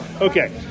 okay